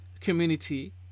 community